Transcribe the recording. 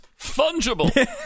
fungible